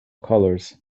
colors